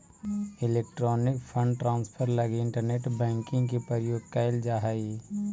electronic fund transfer लगी internet banking के प्रयोग कैल जा हइ